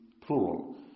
plural